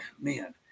man